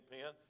pen